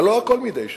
אבל לא הכול מידי שמים.